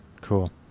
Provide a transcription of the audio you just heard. cool